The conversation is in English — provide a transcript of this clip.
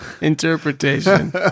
interpretation